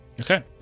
Okay